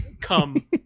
come